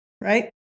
right